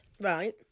Right